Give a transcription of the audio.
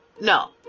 no